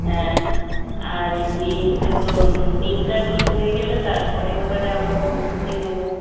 হ্যাঁ আর এমনিতে তো দিনটা ঠিক হয়ে গেলে তারপরের বারে আমরা প্রস্তুতি নেবো